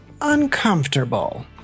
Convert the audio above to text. uncomfortable